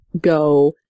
go